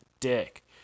dick